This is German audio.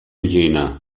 jena